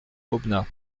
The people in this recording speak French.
aubenas